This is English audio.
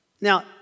Now